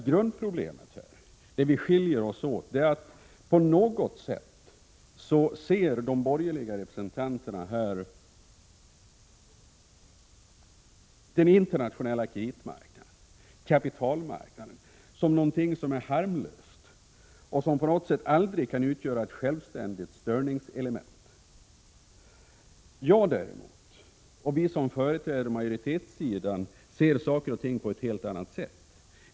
Grundproblemet är däremot, och där skiljer sig våra uppfattningar, att de borgerliga representanterna ser den internationella kreditoch kapitalmarknaden som något harmlöst som aldrig skulle kunna utgöra ett självständigt störningselement. Jag däremot, och vi som företräder majoritetssidan, ser saker och ting på ett helt annat sätt.